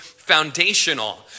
foundational